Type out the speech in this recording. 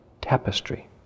tapestry